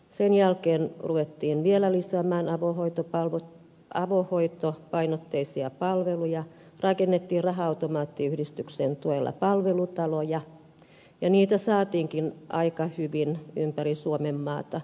sen jälkeen ruvettiin vielä lisäämään avohoitopainotteisia palveluja rakennettiin raha automaattiyhdistyksen tuella palvelutaloja ja niitä saatiinkin aika hyvin ympäri suomenmaata